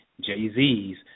Jay-Z's